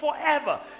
forever